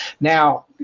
Now